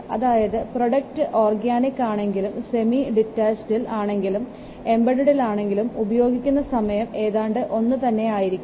അതായത് product organic ആണെങ്കിലും semi ഡിറ്റാച്ചഡിൽ ആണെങ്കിലും എംബഡഡിൽ ആണെങ്കിലും ഉപയോഗിക്കുന്ന സമയം ഏതാണ്ട് ഒന്ന് തന്നെയായിരിക്കും